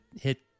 hit